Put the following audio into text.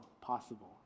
possible